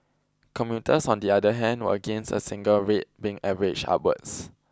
commuters on the other hand were against a single rate being averaged upwards